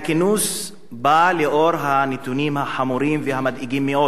הכינוס בא לנוכח הנתונים החמורים והמדאיגים מאוד